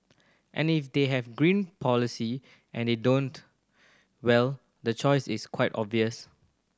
and if they have green policy and you don't well the choice is quite obvious